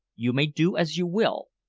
you may do as you will,